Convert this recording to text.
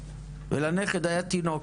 ולנכד היה תינוק,